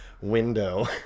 window